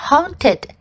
Haunted